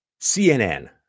CNN